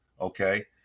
Okay